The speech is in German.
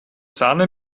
sahne